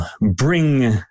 bring